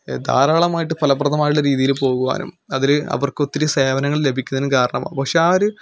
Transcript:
ധാരാളമായിട്ട് ഫലപ്രദമായിട്ടുള്ള രീതിയിൽ പോകുവാനും അതിൽ അവർക്ക് ഒത്തിരി സേവനങ്ങൾ ലഭിക്കുന്നതിനും കാരണമാകും പക്ഷേ ആ ഒരു